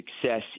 success